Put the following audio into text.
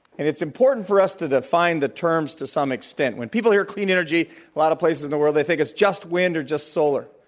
and it's important for us to define the terms to some extent. when people hear clean energy in a lot of places in the world, they think it's just wind or just solar.